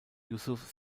yusuf